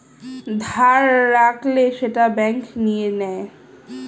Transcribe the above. ধার রাখলে সেটা ব্যাঙ্ক নিয়ে নেয়